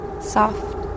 Soft